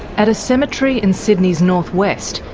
at a cemetery in sydney's north west,